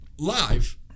live